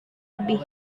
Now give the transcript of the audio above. lebih